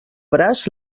braç